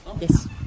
Yes